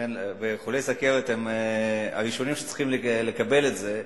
וחולי סוכרת הם הראשונים שצריכים את זה.